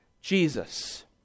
Jesus